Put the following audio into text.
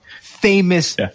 famous